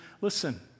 listen